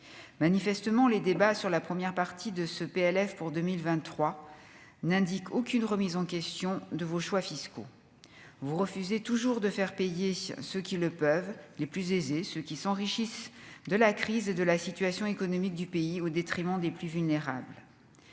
manifestement, les débats sur la première partie de ce PLF pour 2023 n'indique aucune remise en question de vos choix fiscaux, vous refusez toujours de faire payer ceux qui le peuvent, les plus aisés, ceux qui s'enrichissent de la crise et de la situation économique du pays au détriment des plus vulnérables,